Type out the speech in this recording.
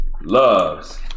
loves